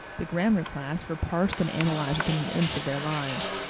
the grammar class were parsed and analyzed within an inch of their lives.